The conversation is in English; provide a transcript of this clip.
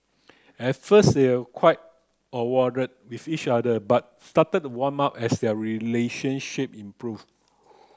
at first they were quite awkward with each other but started to warm up as their relationship improved